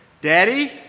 Daddy